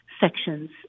sections